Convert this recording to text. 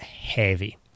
heavy